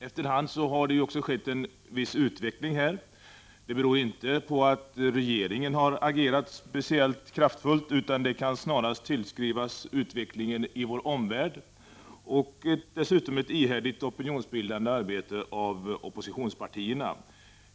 Efter hand har det skett en viss utveckling här. Men det beror inte på att regeringen har agerat särskilt kraftfullt utan detta kan snarare tillskrivas utvecklingen i vår omvärld samt det ihärdigt opinionsbildande arbete som oppositionspartierna bedrivit.